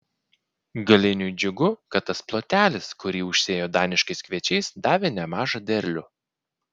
galiniui džiugu kad tas plotelis kurį užsėjo daniškais kviečiais davė nemažą derlių